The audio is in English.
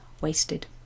wasted